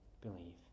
believe